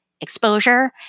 exposure